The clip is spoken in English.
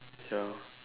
ya